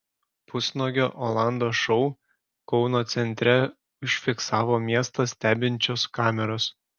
pusnuogio olando šou kauno centre užfiksavo miestą stebinčios kameros